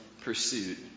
pursuit